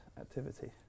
activity